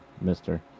Mister